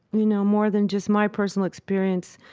you know, more than just my personal experience,